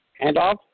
Handoff